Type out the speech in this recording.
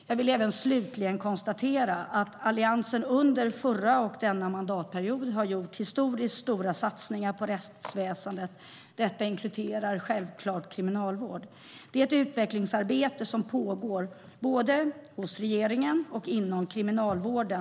Jag vill slutligen även konstatera att Alliansen under den förra mandatperioden och under denna mandatperiod har gjort historiskt stora satsningar på rättsväsendet, detta inkluderar självklart kriminalvården. Det är ett väsentligt och viktigt utvecklingsarbete som pågår, både hos regeringen och inom kriminalvården.